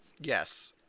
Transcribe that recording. yes